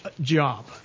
job